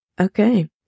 Okay